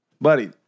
Buddy